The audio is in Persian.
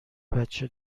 بچه